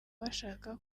bashaka